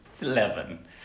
Eleven